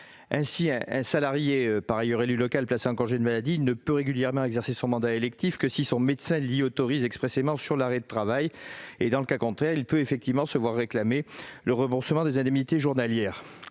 Ainsi, un salarié par ailleurs élu local placé en congé maladie ne peut régulièrement exercer son mandat électif que si son médecin l'y autorise expressément sur l'arrêt de travail. Dans le cas contraire, il peut se voir réclamer le remboursement des indemnités journalières,